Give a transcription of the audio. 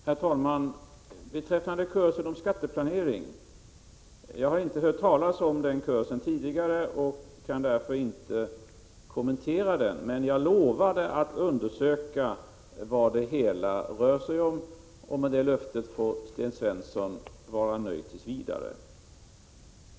Herr talman! Kursen om skatteplanering har jag inte hört talas om tidigare, och jag kan därför inte kommentera den. Jag lovade att undersöka vad det hela rör sig om, och med det löftet får Sten Svensson vara nöjd tills vidare.